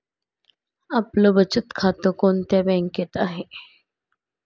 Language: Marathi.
आपलं बचत खातं कोणत्या बँकेत आहे?